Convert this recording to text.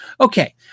Okay